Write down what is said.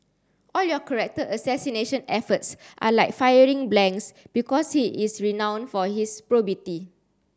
all your character assassination efforts are like firing blanks because he is renown for his probity